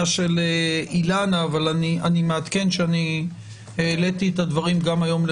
של אילנה אבל אני מעדכן שאני העליתי את הדברים גם היום אל